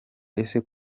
ese